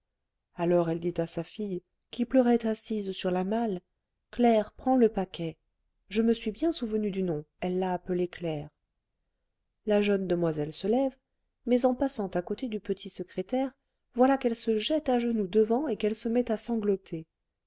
alors elle dit à sa fille qui pleurait assise sur la malle claire prends le paquet je me suis bien souvenue du nom elle l'a appelée claire la jeune demoiselle se lève mais en passant à côté du petit secrétaire voilà qu'elle se jette à genoux devant et qu'elle se met à sangloter